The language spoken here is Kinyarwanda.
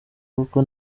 kuko